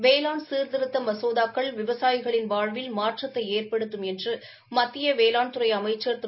வேளாண் சீர்திருத்த மசோதாக்கள் விவசாயிகளின் வாழ்வில் மாற்றத்தை ஏற்படுத்துமென மத்திய வேளாண் துறை அமைச்சர் திரு